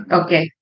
okay